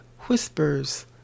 whispers